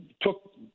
took